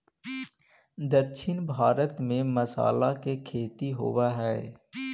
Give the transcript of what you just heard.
दक्षिण भारत में मसाला के खेती होवऽ हइ